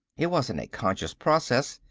it wasn't a conscious process,